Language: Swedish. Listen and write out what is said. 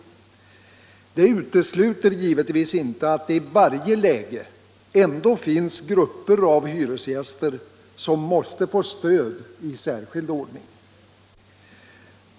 Det utesluter givetvis inte att det i varje läge ändå finns grupper av hyresgäster som måste få stöd i särskild ordning.